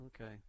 Okay